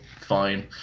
fine